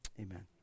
amen